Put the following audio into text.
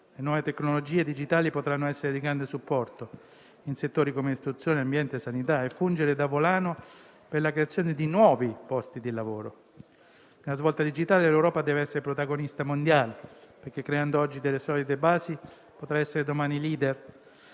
Le nuove tecnologie digitali potranno essere di grande supporto in settori come istruzione, ambiente e sanità e fungere da volano per la creazione di nuovi posti di lavoro. Della svolta digitale l'Europa deve essere protagonista mondiale, perché creando oggi delle solide basi potrà essere domani *leader*